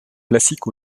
classiques